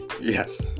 yes